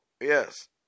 Yes